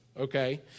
okay